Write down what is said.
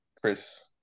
Chris